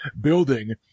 building